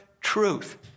truth